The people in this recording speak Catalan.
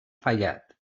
fallat